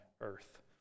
earth